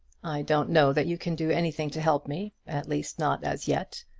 i don't know that you can do anything to help me at least, not as yet.